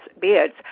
beards